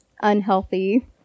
unhealthy